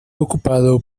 ocupado